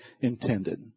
intended